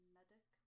Medic